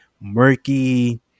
murky